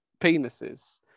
penises